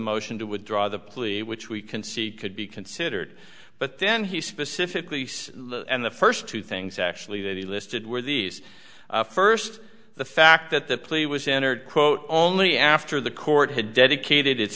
motion to withdraw the plea which we can see could be considered but then he specifically said and the first two things actually that he listed were these first the fact that the plea was entered quote only after the court had dedicated its